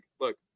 look